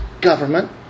government